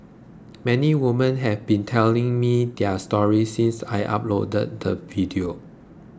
many women have been telling me their stories since I uploaded the video